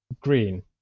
green